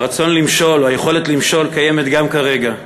הרצון למשול, היכולת למשול, קיימת גם כרגע.